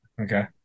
Okay